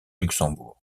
luxembourg